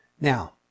now